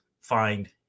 find